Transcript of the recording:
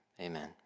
Amen